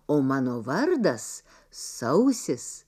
o mano vardas sausis